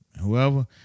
whoever